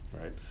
right